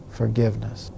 forgiveness